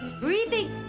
Breathing